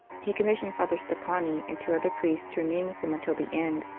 he commissioned father stoppani and two other priests to remain with them until the end,